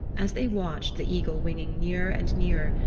as they watched the eagle winging nearer and nearer,